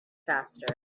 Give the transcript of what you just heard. faster